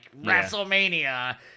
WrestleMania